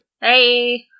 Hey